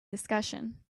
discussion